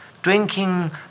drinking